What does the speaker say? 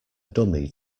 dummy